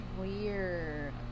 weird